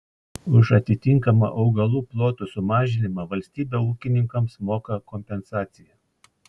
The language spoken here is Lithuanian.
už atitinkamą augalų plotų sumažinimą valstybė ūkininkams moka kompensaciją